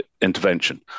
intervention